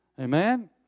Amen